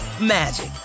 magic